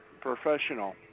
professional